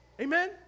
Amen